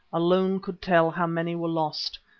alone could tell how many were lost,